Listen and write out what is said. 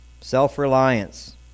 self-reliance